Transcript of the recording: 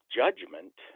judgment